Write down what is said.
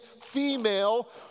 female